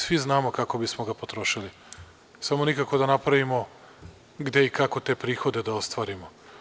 Svi znamo kako bismo ga potrošili, samo nikako da napravimo gde i kako te prihode da ostvarimo.